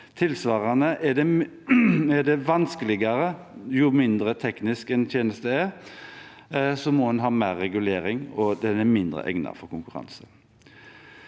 Tilsvarende er det vanskeligere jo mindre teknisk en tjeneste er – da må en ha mer regulering, og den er mindre egnet for konkurranse.